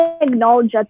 acknowledge